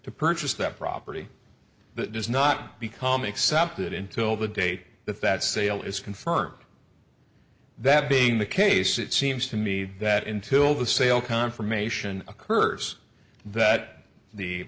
to purchase that property that does not become accepted until the date that that sale is confirmed that being the case it seems to me that until the sale confirmation occurs that the